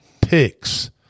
picks